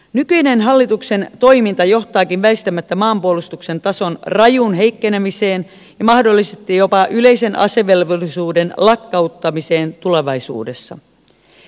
nykyinen hallituksen toiminta johtaakin väistämättä maanpuolustuksen tason rajuun heikkene miseen ja mahdollisesti jopa yleisen asevelvollisuuden lakkauttamiseen tulevaisuudessa